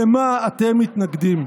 למה אתם מתנגדים?